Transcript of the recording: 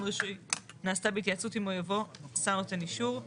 רישוי נעשתה בהתייעצות עמו יבוא השר נותן האישור.